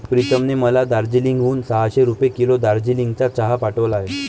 प्रीतमने मला दार्जिलिंग हून सहाशे रुपये किलो दार्जिलिंगचा चहा पाठवला आहे